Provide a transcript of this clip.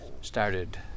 started